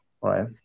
right